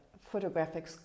photographic